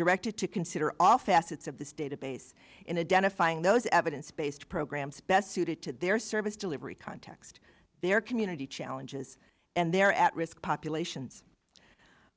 directed to consider all facets of this database in a dentist buying those evidence based programs best suited to their service delivery context their community challenges and their at risk populations